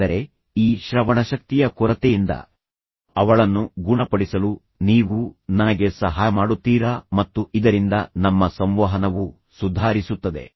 ಆದರೆ ಈ ಶ್ರವಣಶಕ್ತಿಯ ಕೊರತೆಯಿಂದ ಅವಳನ್ನು ಗುಣಪಡಿಸಲು ನೀವು ನನಗೆ ಸಹಾಯ ಮಾಡುತ್ತೀರಾ ಮತ್ತು ಇದರಿಂದ ನಮ್ಮ ಸಂವಹನವು ಸುಧಾರಿಸುತ್ತದೆ